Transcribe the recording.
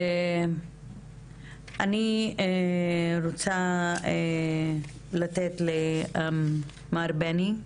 אני רוצה לתת למר בני צרפתי.